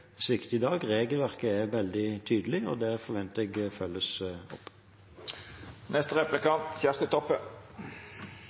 i dag. Regelverket er veldig tydelig, og det forventer jeg blir fulgt opp.